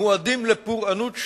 מועדים לפורענות שונה.